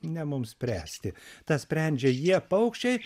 ne mums spręsti tą sprendžia jie paukščiai